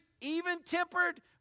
even-tempered